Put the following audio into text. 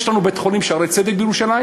יש לנו בית-חולים "שערי צדק" בירושלים